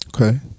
Okay